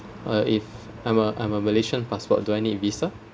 uh if I'm a I'm a malaysian passport do I need visa